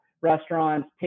restaurants